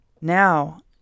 now